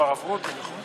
מאיפה הבאת את הדבר הזה?